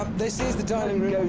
this is the dining room.